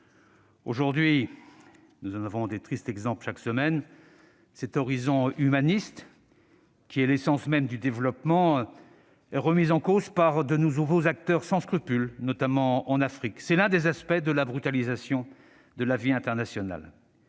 Aujourd'hui, nous en avons de tristes exemples chaque semaine, cet horizon humaniste, qui est l'essence même du développement, est remis en cause par de nouveaux acteurs sans scrupules, notamment en Afrique. C'est l'un des aspects de la brutalisation de la vie internationale.